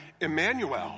Emmanuel